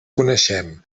coneixem